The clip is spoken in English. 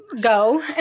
go